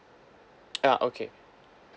ah okay